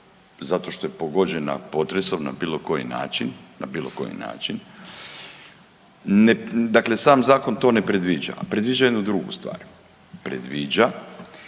zato što je pogođena potresom na bilo koji način, na bilo koji način, dakle sam zakon to ne predviđa, a predviđa jednu drugu stvar. Predviđa